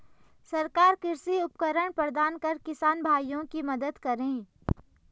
सरकार कृषि उपकरण प्रदान कर किसान भाइयों की मदद करें